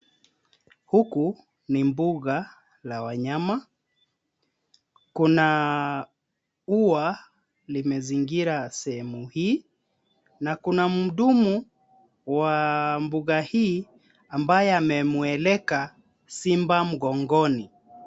Huku ni mbuga la wanyama. Kuna ua limezingira sehemu hii na kuna mhudumu wa mbuga hii ambaye amemueleka simba mgongoni.